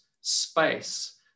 space